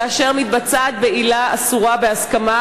כאשר מתבצעת בעילה אסורה בהסכמה,